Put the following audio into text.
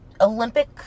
Olympic